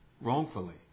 Wrongfully